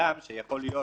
הגם שיכול להיות